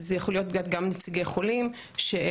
אז יכול להיות גם נציגי חולים שהם